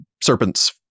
Serpent's